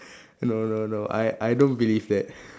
no no no I I don't believe that